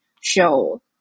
show